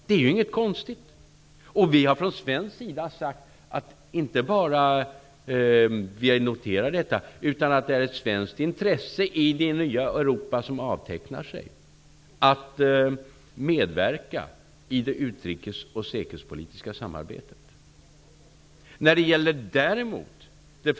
Det är ju inte konstigt. Vi har från svensk sida inte bara sagt att vi noterar detta, utan också att det finns ett svenskt intresse för att medverka i det utrikes och säkerhetspolitiska samarbetet i det nya Europa som avtecknar sig.